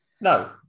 No